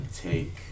take